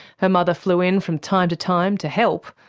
her mother flew in from time to time to help,